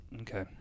okay